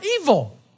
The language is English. evil